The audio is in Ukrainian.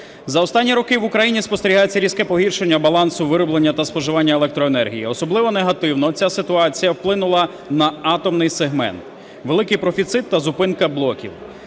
За останні роки в Україні спостерігається різке погіршення балансу вироблення та споживання електроенергії, особливо негативно ця ситуація вплинула на атомний сегмент, великий профіцит та зупинка блоків.